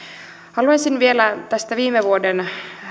haluaisin vielä tästä viime vuoden